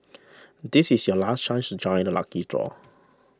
this is your last chance to join the lucky draw